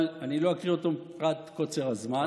אבל לא אקריא אותו מפאת קוצר הזמן.